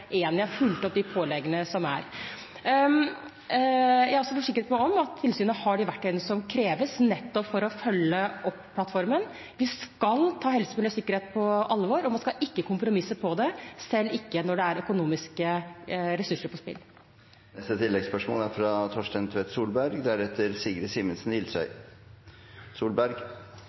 har fulgt opp påleggene. Jeg har også forsikret meg om at tilsynet har de verktøyene som kreves nettopp for å følge opp plattformen. Vi skal ta helse, miljø og sikkerhet på alvor, og man skal ikke kompromisse med det, selv ikke når det står økonomiske ressurser på spill. Torstein Tvedt Solberg – til oppfølgingsspørsmål. Sikkerhetssituasjonen på norsk sokkel er